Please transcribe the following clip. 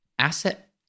asset